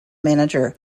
manager